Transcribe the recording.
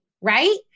right